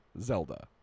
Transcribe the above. Zelda